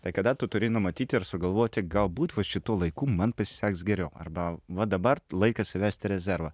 tai kada tu turi numatyti ir sugalvoti galbūt va šituo laiku man pasiseks geriau arba va dabar laikas įvesti rezervą